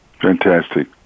Fantastic